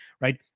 right